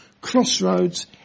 Crossroads